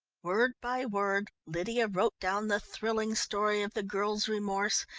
word by word lydia wrote down the thrilling story of the girl's remorse,